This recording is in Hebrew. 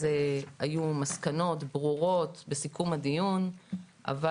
היו מסקנות ברורות בסיכום הדיון אבל